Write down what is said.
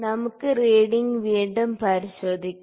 നമുക്ക് റീഡിങ് വീണ്ടും പരിശോധിക്കാം